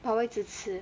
but 我一直吃